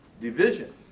division